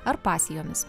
ar pasijomis